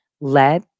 Let